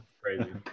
Crazy